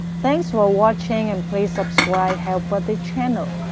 thanks for watching. and please subscribes hell buddy channel.